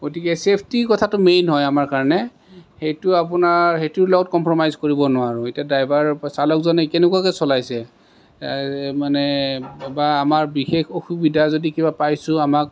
গতিকে চেফটিৰ কথাটো মেইন হয় আমাৰ কাৰণে সেইটো আপোনাৰ সেইটোৰ লগত কম্প্ৰমাইজ কৰিব নোৱাৰোঁ এতিয়া ড্ৰাইভাৰ চালকজনে কেনেকুৱাকৈ চলাইছে মানে বা আমাৰ বিশেষ অসুবিধা যদি কিবা পাইছোঁ আমাক